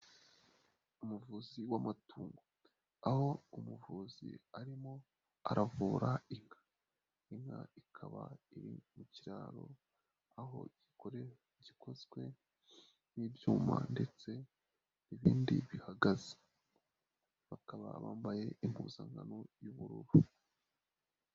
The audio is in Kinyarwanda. Umuvuzi w'amatungo aho umuvuzi arimo aravura inka. Inka ikaba iri mu kiraro aho igikore gikozwe n'ibyuma ndetse n'ibindi bihagaze bakaba bambaye impuzankano y'ubururu.